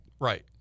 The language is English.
Right